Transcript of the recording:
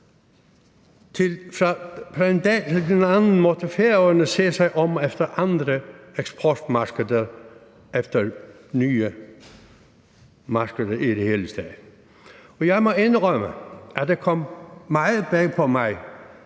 den ene dag til den anden måtte Færøerne se sig om efter andre eksportmarkeder, efter nye markeder i det hele taget. Og jeg må indrømme, at det kom meget bag på mig